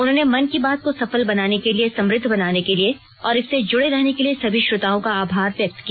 उन्होंने मन की बात को सफल बनाने के लिए समुद्ध बनाने के लिए और इससे जुड़े रहने के लिए सभी श्रोताओं का आभार व्यक्त किया